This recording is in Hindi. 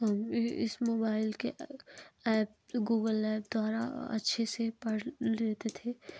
अभी इस मोबाइल के एप्प गूगल एप्प द्वारा अच्छे से पढ़ लेते थे